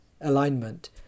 alignment